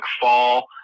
Fall